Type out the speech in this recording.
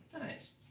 Nice